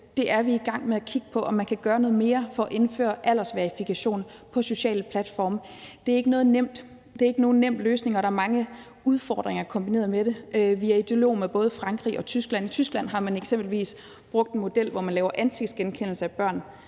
Vi er i gang med at kigge på, om man kan gøre noget mere for at indføre aldersverifikation på sociale platforme. Det er ikke nogen nem løsning, og der er mange udfordringer forbundet med det. Vi er i dialog med både Frankrig og Tyskland. I Tyskland har man eksempelvis brugt en model, hvor man laver ansigtsgenkendelse af børn,